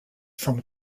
from